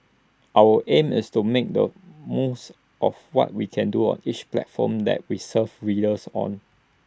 our aim is to make the most of what we can do on each platform that we serve readers on